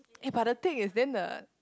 eh but the thing is then the